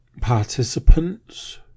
participants